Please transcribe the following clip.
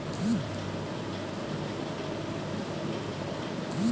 ব্যবসায় লাভ ক্যইরে যে পইসা পাউয়া যায়